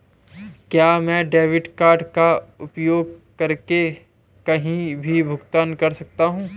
क्या मैं debit card का उपयोग करके कहीं भी भुगतान कर सकता हूं?